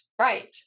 right